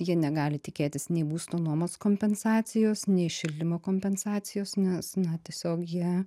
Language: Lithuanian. jie negali tikėtis nei būsto nuomos kompensacijos nei šildymo kompensacijos nes na tiesiog jie